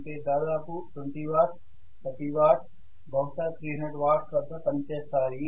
అంటే దాదాపు 20 watts 30 watts బహుశా 300 వాట్స్ వద్ద పనిచేస్తాయి